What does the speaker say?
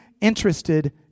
interested